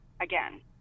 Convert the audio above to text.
again